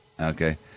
okay